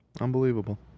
Unbelievable